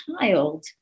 child